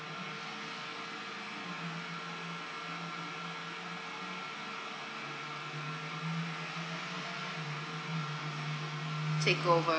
takeover